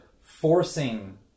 forcing